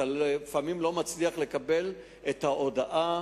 אתה לפעמים לא מצליח לקבל את ההודאה,